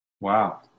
Wow